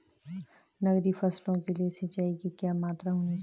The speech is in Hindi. नकदी फसलों के लिए सिंचाई की क्या मात्रा होनी चाहिए?